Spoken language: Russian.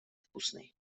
вкусный